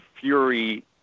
Fury